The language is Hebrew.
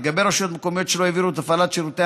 לגבי רשויות מקומיות שלא העבירו את הפעלת שירותי